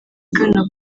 igana